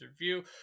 Review